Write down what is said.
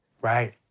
right